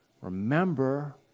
remember